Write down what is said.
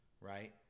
Right